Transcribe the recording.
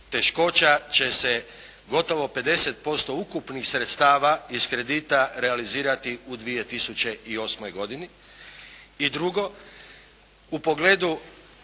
teškoća će se gotovo 50% ukupnih sredstava iz kredita realizirati u 2008. godini. I drugo, u pogledu